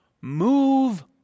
Move